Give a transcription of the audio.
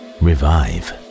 revive